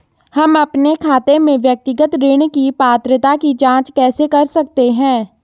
हम अपने खाते में व्यक्तिगत ऋण की पात्रता की जांच कैसे कर सकते हैं?